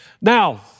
Now